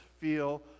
feel